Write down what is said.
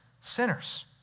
sinners